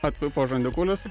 atvipo žandikaulis